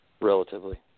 relatively